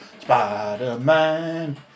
Spider-Man